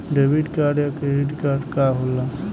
Debit या credit card का होला?